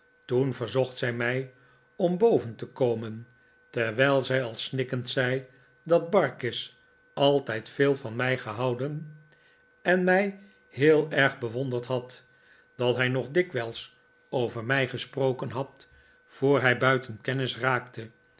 toen verzocht zij mij om boven te komen terwijl zij al snikkend zei dat barkis altijd veel van mij gehouden en mij heel erg bewonderd had dat hij nog dikwijls over mij gesproken had voor hij buiten kennis raakte